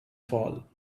fall